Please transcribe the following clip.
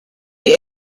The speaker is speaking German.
die